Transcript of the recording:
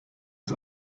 ist